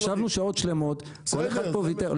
ישבנו שעות שלמות, כל אחד פה ויתר.